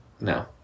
No